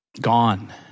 gone